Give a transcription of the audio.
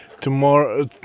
Tomorrow